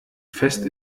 fest